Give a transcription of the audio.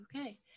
Okay